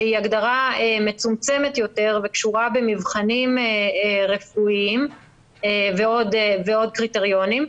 שהיא הגדרה מצומצמת יותר וקשורה במבחנים רפואיים ועוד קריטריונים.